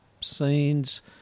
scenes